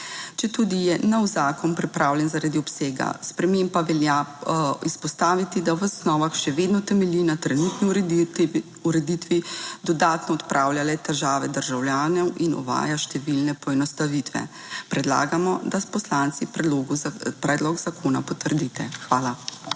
Četudi je nov zakon pripravljen zaradi obsega sprememb, pa velja izpostaviti, da v osnovah še vedno temelji na trenutni ureditvi, dodatno odpravlja le težave državljanov in uvaja številne poenostavitve. Predlagamo, da poslanci predlog zakona potrdite. Hvala.